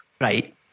right